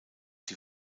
die